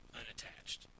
unattached